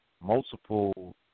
multiple